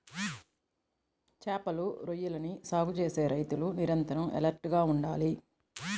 చేపలు, రొయ్యలని సాగు చేసే రైతులు నిరంతరం ఎలర్ట్ గా ఉండాలి